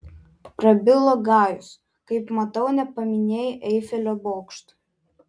prabilo gajus kaip matau nepaminėjai eifelio bokšto